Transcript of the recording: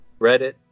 Reddit